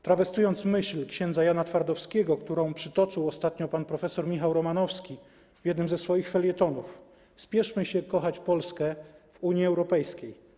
Trawestując myśl ks. Jana Twardowskiego, którą przytoczył ostatnio pan prof. Michał Romanowski w jednym ze swoich felietonów: spieszmy się kochać Polskę w Unii Europejskiej.